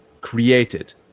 created